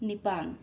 ꯅꯤꯄꯥꯟ